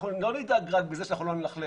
בסוף נגיד שהציבור יוצא ליער,